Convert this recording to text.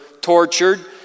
tortured